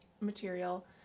material